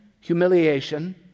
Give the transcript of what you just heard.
humiliation